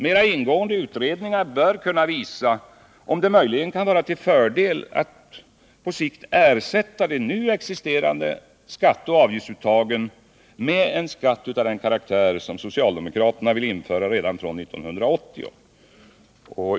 Mera ingående utredningar bör kunna visa, om det möjligen kan vara till fördel att på sikt ersätta de nu existerande skatteoch avgiftsuttagen med en skatt av den karaktär som socialdemokraterna vill införa redan från 1980.